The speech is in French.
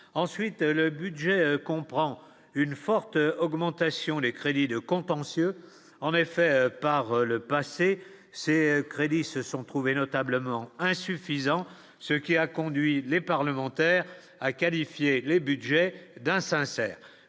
ensuite le budget comprend une forte augmentation des crédits de contentieux en effet par le passé, ces crédits se sont trouvés notablement insuffisants, ce qui a conduit les parlementaires, a qualifié les Budgets d'insincère